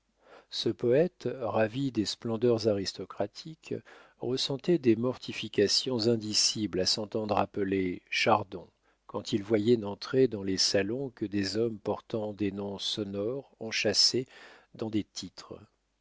ce poète ravi des splendeurs aristocratiques ressentait des mortifications indicibles à s'entendre appeler chardon quand il voyait n'entrer dans les salons que des hommes portant des noms sonores enchâssés dans des titres